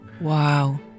Wow